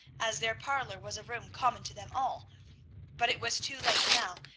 as their parlor was a room common to them all but it was too late now,